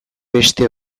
beste